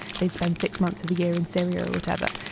they'd spend six months of the year in syria or whatever,